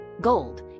gold